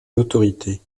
l’autorité